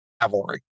cavalry